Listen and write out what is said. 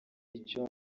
icyo